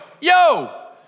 yo